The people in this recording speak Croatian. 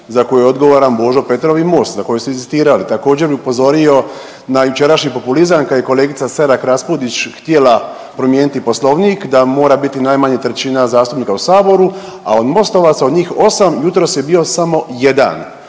za koju je odgovoran Božo Petrov i MOST za koju su inzistirali. Također bih upozorio na jučerašnji populizam kad je kolegica Selak-Raspudić htjela promijeniti Poslovnik da mora biti najmanje trećina zastupnika u Saboru, a od MOST-ovaca, od njih 8 jutros je bio samo 1.